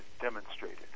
demonstrated